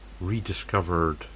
rediscovered